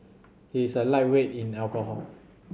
he is a lightweight in alcohol